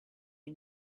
you